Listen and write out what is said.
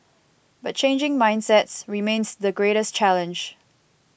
but changing mindsets remains the greatest challenge